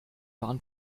waren